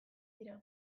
dira